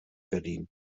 berlin